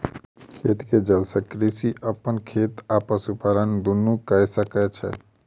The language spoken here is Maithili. खेत के जल सॅ कृषक अपन खेत आ पशुपालन दुनू कय सकै छै